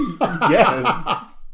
Yes